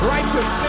Righteous